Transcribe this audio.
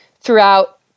throughout